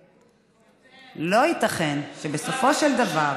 ולא ייתכן שבסופו של דבר,